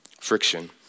Friction